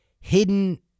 hidden